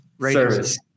service